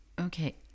Okay